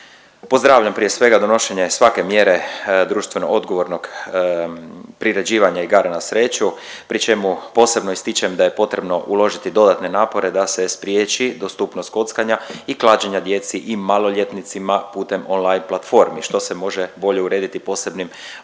Pozdravljam prije svega donošenje svake mjere društveno odgovornog priređivanja igara na sreću pri čemu posebno ističem da je potrebno uložiti dodatne napore da se spriječi dostupnost kockanja i klađenja djece i maloljetnicima putem on-line platformi što se može bolje urediti posebnim